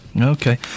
okay